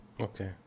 Okay